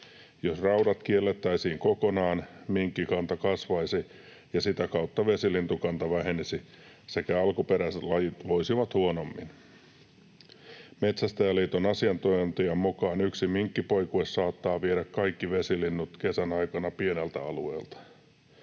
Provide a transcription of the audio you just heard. Jos raudat kiellettäisiin kokonaan, minkkikanta kasvaisi ja sitä kautta vesilintukanta vähenisi sekä alkuperäiset lajit voisivat huonommin. Metsästäjäliiton asiantuntijan mukaan yksi minkkipoikue saattaa viedä kaikki vesilinnut kesän aikana pieneltä alueelta.